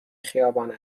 خیابان